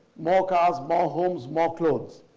more cars, more homes, more clothes.